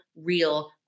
real